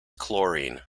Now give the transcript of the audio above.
chlorine